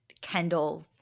kendall